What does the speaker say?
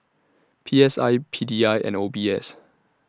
P S I P D I and O B S